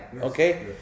okay